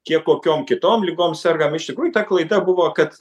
kiek kokiom kitom ligom sergam iš tikrųjų ta klaida buvo kad